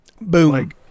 Boom